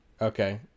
Okay